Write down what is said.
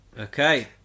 Okay